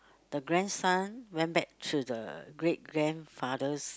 the grandson went back to the great grandfather's